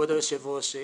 כבוד היושב-ראש.